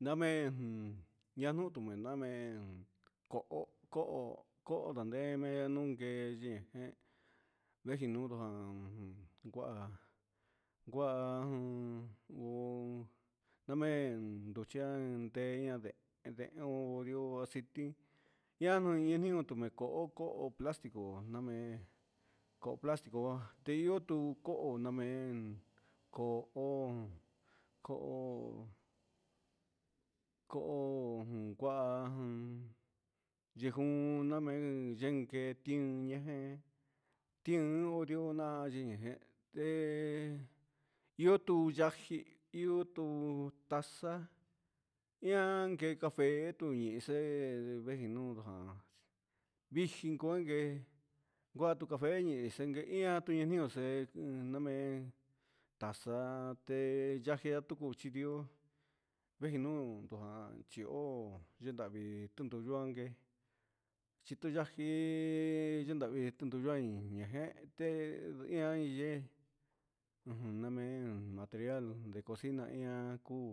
Namen ñanutuña namen ko'o, ko'o, ko'o ndanemen ngueyi jen nejin ndukun ján kuá. ngua jun ngón namen duchian teya'a deen, deen orió aciti ñanu inu tumeko'ó ku koo platico namen koo plastiko teyo'o tuu ko'ó namen ko'ó, ko'ó, ko'ó kua jun yekun namen yenjention najen tio oroña je najen, yo'o tu yaji yo'o tuu taza ian kee café, tu ixen veguinujan vijin ngon njé kuá tu café ihé nguexe ian ñatinuu nden namen, naxate najon nayun tuxhidió vejinundu jan xhi'ó, yendavii tundu nunke chindu ndaji, yindavii chindu nuaí ñagente ñuu nuu namen material nde cocina ian kuu,